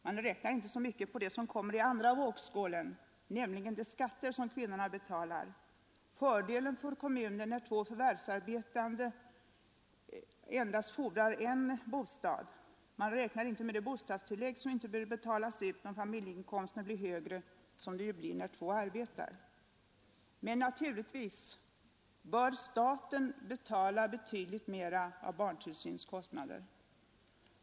Man räknar inte så mycket på det som kommer i andra vågskålen, nämligen de skatter som kvinnorna betalar, fördelen för kommunen när två förvärvsarbetande fordrar endast en bostad. Man räknar inte med de bostadstillägg som inte behöver betalas ut om familjeinkomsterna blir högre, som de blir när två arbetar. Men naturligtvis bör staten betala mera av barntillsynskostnaden.